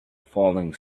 falling